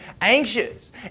anxious